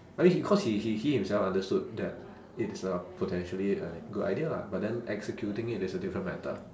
I mean he cause he he he himself understood that it is a potentially a good idea lah but then executing it is a different matter